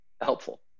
helpful